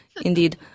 indeed